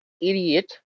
idiot